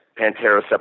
Pantera